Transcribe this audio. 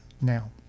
now